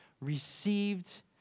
received